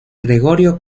gregorio